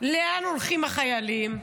לאן הולכים החיילים?